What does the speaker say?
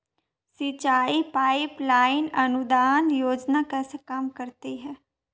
सिंचाई pipeline अनुदान योजना कैसे काम करती है?